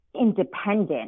independent